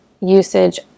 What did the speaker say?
usage